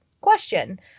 question